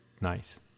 nice